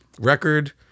record